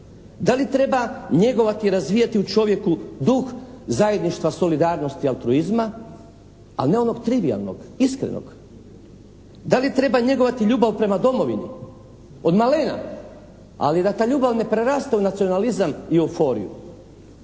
Da li treba njegovati, razvijati u čovjeku duh zajedništva, solidarnosti, altruizma, a ne onog trivijalnog, iskrenog. Da li treba njegovati ljubav prema domovini od malena, ali da ta ljubav ne preraste u nacionalizam i euforiju?